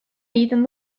egiten